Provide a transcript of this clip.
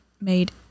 made